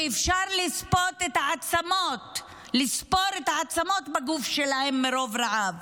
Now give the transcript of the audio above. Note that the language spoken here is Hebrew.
שאפשר לספור את העצמות בגוף שלהם מרוב רעב.